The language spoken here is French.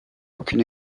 aucune